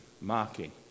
Mocking